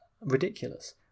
ridiculous